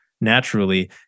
naturally